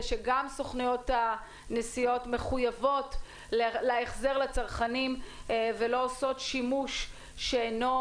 שגם סוכנויות הנסיעות מחויבות להחזר לצרכנים ולא עושות שימוש שאינו